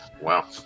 Wow